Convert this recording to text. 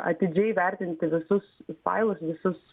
atidžiai vertinti visus failus visus